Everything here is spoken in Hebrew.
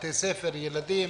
בתי ספר, ילדים,